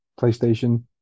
PlayStation